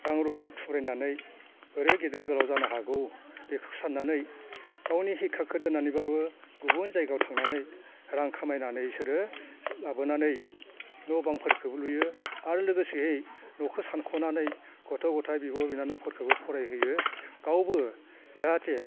रां रुफा थुब्रायनानै बोरै गेदेर गोलाव जानो हागौ बेखौ सान्नानै गावनि हिखाखौ दोन्नानैबाबो गुबुन जायगायाव थांनानै रां खामायनानै बिसोरो लाबोनानै न' बांफोरखौ लुयो आरो लोगोसेयै न'खौ सानख'नानै गथ' गथाय बिब' बिनानावफोरखौ फरायहोयो गावबो जाहाथे